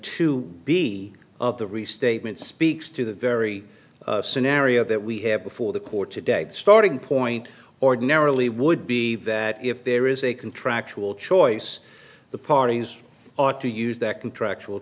to be of the restatement speaks to the very scenario that we have before the court today starting point ordinarily would be that if there is a contractual choice the parties ought to use that contractual